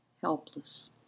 helpless